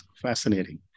Fascinating